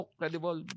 credible